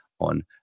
on